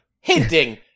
hinting